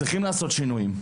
צריכים לעשות שינויים,